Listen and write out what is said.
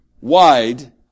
wide